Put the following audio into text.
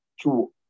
two